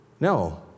No